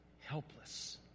helpless